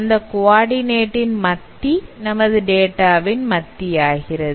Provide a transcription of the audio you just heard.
இந்த குவாடிநேட் இன் மத்தி நமது டேட்டாவின் மத்தி ஆகிறது